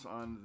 on